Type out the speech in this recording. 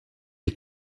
est